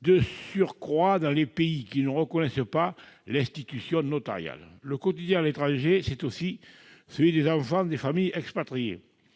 de surcroît dans les pays qui ne reconnaissent pas l'institution notariale. Le quotidien à l'étranger, c'est aussi celui des enfants des familles expatriées.